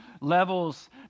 levels